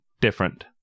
different